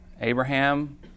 Abraham